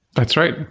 that's right.